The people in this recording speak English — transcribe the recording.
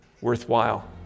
worthwhile